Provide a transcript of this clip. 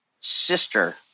sister